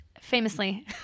famously